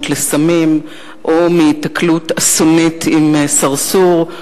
לסמים או מהיתקלות אסונית עם סרסור.